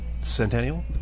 Centennial